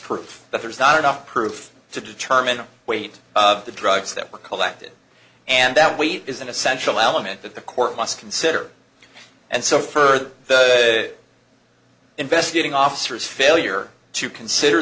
proof that there's not enough proof to determine the weight of the drugs that were collected and that weight is an essential element that the court must consider and so further investigating officers failure to consider